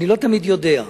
אני לא תמיד יודע.